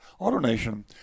AutoNation